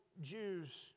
Jews